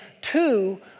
two